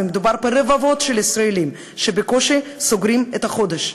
ומדובר ברבבות של ישראלים שבקושי סוגרים את החודש,